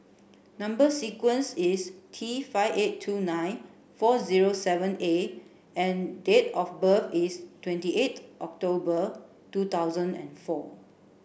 number sequence is T five eight two nine four zero seven A and date of birth is twenty eight October two thousand and four